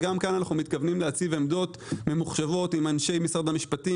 וגם כאן אנחנו מתכוונים להציב עמדות ממוחשבות עם אנשי משרד המשפטים